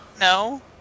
No